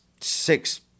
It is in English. six